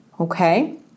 okay